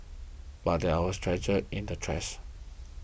but there was treasure in the trash